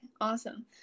awesome